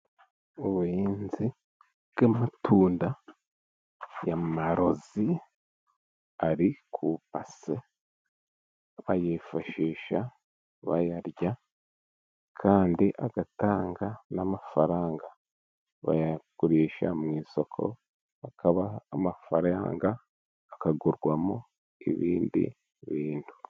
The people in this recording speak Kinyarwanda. Ubuhinzi bw'amatunda ya marozi ari ku ibase bayifashisha bayarya, kandi agatanga n'amafaranga. Bayagurisha mu isoko bakabaha amafaranga, akagurwamo ibindi bintu.